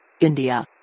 India